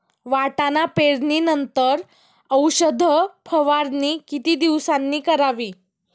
वाटाणा पेरणी नंतर औषध फवारणी किती दिवसांनी करावी?